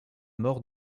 maure